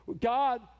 God